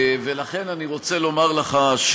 לכן אני רוצה לומר לך,